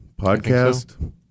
Podcast